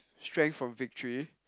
strength from victory